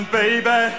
baby